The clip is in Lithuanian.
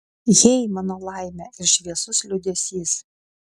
hey mano laime ir šviesus liūdesys